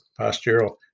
postural